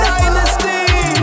Dynasty